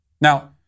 Now